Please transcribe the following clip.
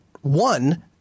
one